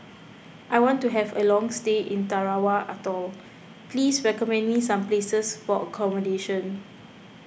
I want to have a long stay in Tarawa Atoll please recommend me some places for accommodation